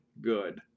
good